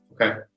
okay